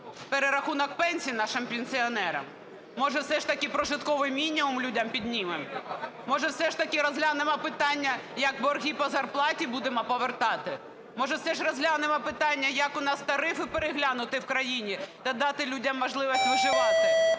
перерахунок пенсій нашим пенсіонерам? Може все ж таки прожитковий мінімум людям піднімемо? Може все ж таки розглянемо питання, як борги по зарплаті будемо повертати? Може все ж розглянемо питання, як у нас тарифи переглянуті в країні та дати людям можливість виживати?